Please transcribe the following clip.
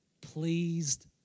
pleased